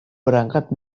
berangkat